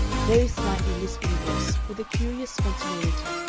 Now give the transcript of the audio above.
very slightly lisping voice with a curious spontaneity,